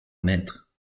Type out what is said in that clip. maître